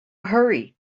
hurry